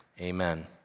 amen